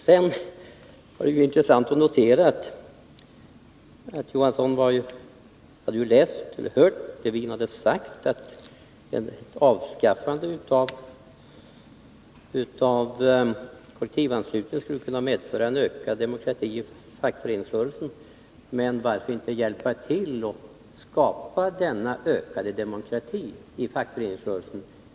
Sedan var det ju intressant att notera att Hilding Johansson hade läst eller hört att Leif Lewin uttalat att ett avskaffande av kollektivanslutningen skulle kunna medföra en ökad demokrati inom fackföreningsrörelsen. Men varför inte hjälpa till att skapa denna ökade demokrati i fackföreningsrörelsen?